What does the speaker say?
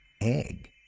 egg